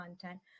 content